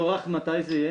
מתי יהיה